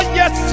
yes